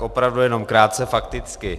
Opravdu jenom krátce fakticky.